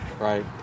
Right